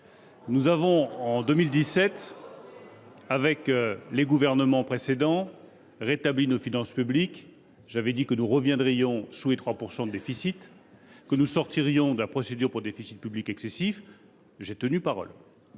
À partir de 2017, avec les gouvernements précédents, nous avons rétabli nos finances publiques. J’avais dit que nous reviendrions sous les 3 % de déficit et que nous sortirions de la procédure pour déficit public excessif : j’ai tenu parole.